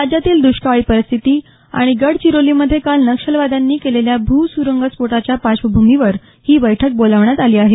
राज्यातील दुष्काळी परिस्थिती आणि गडचिरोलीमध्ये काल नक्षलवाद्यांनी केलेल्या भूसुरुंगस्फोटाच्या पार्श्वभूमीवर ही बैठक बोलावण्यात आली आहे